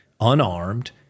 unarmed